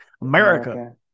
America